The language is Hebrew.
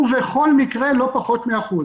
ובכל מקרה לא פחות מאחוז.